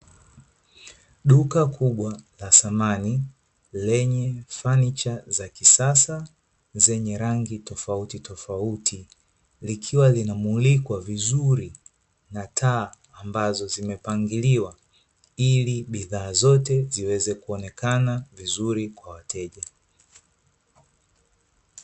Duka kubwa la samani lenye fanicha za kisasa zenye rangi tofauti tofauti, likiwa linamulikwa vizuri na taa ambazo zimepangiliwa ili bidhaa zote ziweze kuonekana vizuri kwa wateja.